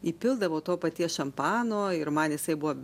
įpildavo to paties šampano ir man jisai buvo